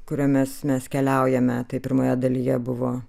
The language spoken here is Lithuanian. kuriomis mes keliaujame tai pirmoje dalyje buvo